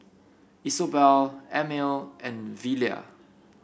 Isobel Emil and Velia